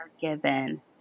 given